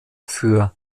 für